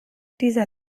dieser